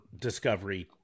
Discovery